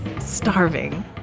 Starving